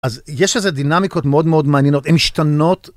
אז יש איזה דינמיקות מאוד מאוד מעניינות, הן משתנות.